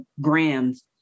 grams